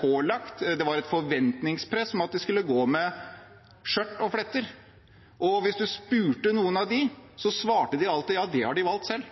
pålagt, det var et forventningspress – at jentene skulle gå med skjørt og fletter. Hvis du spurte noen av dem, svarte de alltid at det har de valgt selv.